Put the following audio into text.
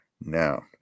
now